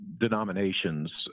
denominations